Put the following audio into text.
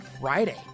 Friday